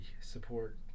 support